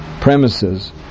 premises